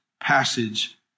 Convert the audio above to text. passage